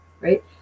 Right